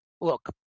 look